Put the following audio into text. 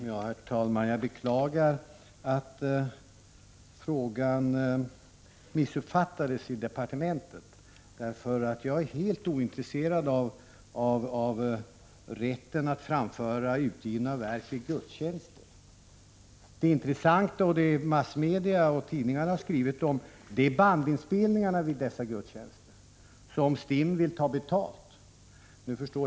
Herr talman! Jag beklagar att frågan missuppfattades i departementet. Jag är ointresserad av rätten att framföra utgivna verk vid gudstjänst. Det intressanta, och det massmedia och tidningarna har skrivit om, det är att STIM vill få betalt för den bandinspelning som sker vid dessa gudstjänster.